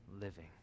living